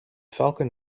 falcon